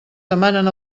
demanen